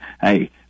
hey